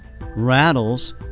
rattles